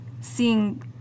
seeing